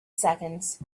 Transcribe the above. seconds